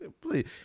please